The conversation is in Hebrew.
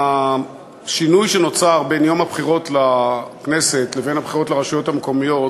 השוני שנוצר בין יום הבחירות לכנסת לבין הבחירות לרשויות המקומיות